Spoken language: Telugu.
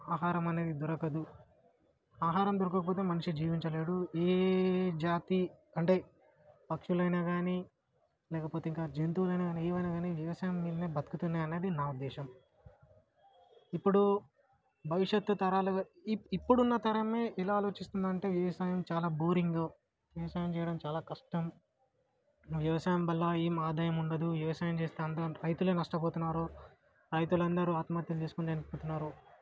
ఆహారం అనేది దొరకదు ఆహారం దొరకకపోతే మనిషి జీవించలేడు ఏ జాతి అంటే పక్షులు అయినా కానీ లేకపోతే ఇప్పుడు జంతువులు అయినా కానీ ఏవైనా కానీ వ్యవసాయం మీదనే బతుకుతు ఉన్నాయనేది నా ఉద్దేశం ఇప్పుడు భవిష్యత్తు తరాల ఇప్పుడు ఉన్న తరం ఎలా ఆలోచిస్తుంది అంటే వ్యవసాయం చాలా బోరింగ్ వ్యవసాయం చేయడం చాలా కష్టం వ్యవసాయం వల్ల ఏమీ ఆదాయం ఉండదు ఏం వ్యవసాయం చేస్తే రైతులు నష్టపోతున్నారు రైతులు అందరు ఆత్మహత్యలు చేసుకుని చనిపోతున్నారు